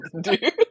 dude